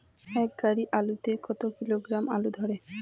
এক গাড়ি আলু তে কত কিলোগ্রাম আলু ধরে?